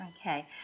Okay